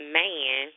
man